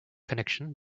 connection